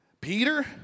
Peter